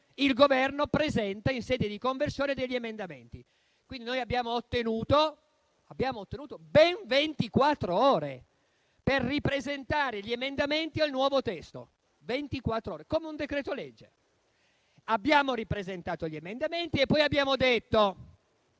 il Governo presenta, in sede di conversione, degli emendamenti. Abbiamo quindi ottenuto ben ventiquattr'ore per ripresentare gli emendamenti al nuovo testo come fosse un decreto-legge. Abbiamo ripresentato gli emendamenti e poi abbiamo chiesto